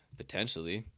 potentially